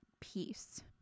peace